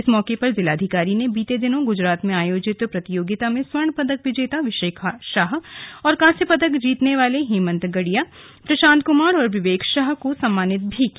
इस मौके पर जिलाधिकारी ने बीते दिनों गुजरात में आयोजित प्रतियोगिता में स्वर्ण पदक विशाखा शाह और कांस्य पदक जीतने वाले हेमंत गड़िया प्रशांत कुमार और विवेक शाह को सम्मानित भी किया